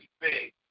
big